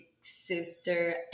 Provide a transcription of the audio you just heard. sister